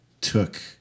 took